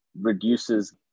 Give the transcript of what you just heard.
reduces